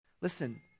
Listen